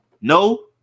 No